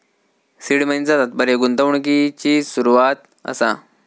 seed मनीचा तात्पर्य गुंतवणुकिची सुरवात असा